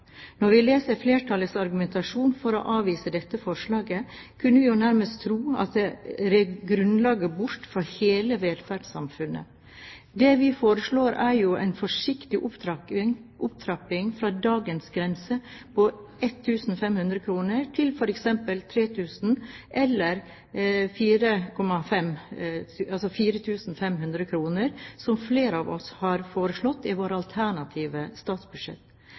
Når vi leser flertallets argumentasjon for å avvise dette forslaget, kunne vi jo nærmest tro at det rev grunnlaget bort for hele velferdssamfunnet. Det vi foreslår, er jo en forsiktig opptrapping fra dagens grense på 1 500 kr til f.eks. 3 000 kr eller 4 500 kr, som flere av oss har foreslått i våre alternative statsbudsjett.